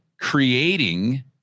creating